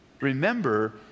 remember